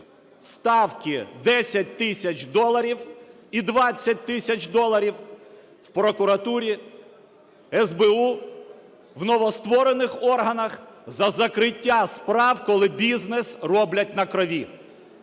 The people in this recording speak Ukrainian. Ставки 10 тисяч доларів і 20 тисяч доларів в прокуратурі, СБУ, в новостворених органах за закриття справ, коли бізнес роблять на крові.